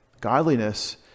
Godliness